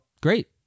great